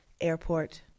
Airport